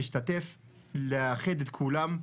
להשתתף ולאחד את כולם.